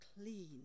clean